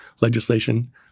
legislation